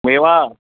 मेवा